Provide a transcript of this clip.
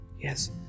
Yes